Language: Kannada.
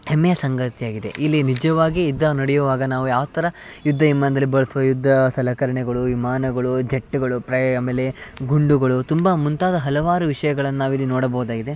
ಹೆಮ್ಮೆಯ ಸಂಗತಿಯಾಗಿದೆ ಇಲ್ಲಿ ನಿಜವಾಗಿ ಯುದ್ಧ ನಡೆಯೋವಾಗ ನಾವು ಯಾವ ಥರ ಯುದ್ಧ ವಿಮಾನ್ದಲ್ಲಿ ಬಳಸುವ ಯುದ್ಧ ಸಲಕರಣೆಗಳು ವಿಮಾನಗಳು ಜಟ್ಗಳು ಪ್ರೇಯ್ ಆಮೇಲೆ ಗುಂಡುಗಳು ತುಂಬಾ ಮುಂತಾದ ಹಲವಾರು ವಿಷ್ಯಗಳನ್ನು ನಾವು ಇಲ್ಲಿ ನೋಡಬಹುದಾಗಿದೆ